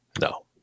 No